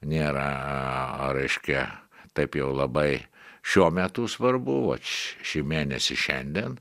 nėra reiškia taip jau labai šiuo metu svarbu vat šį mėnesį šiandien